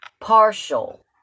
partial